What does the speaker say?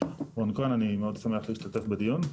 אני מאוד שמח להשתתף בדיון.